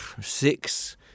six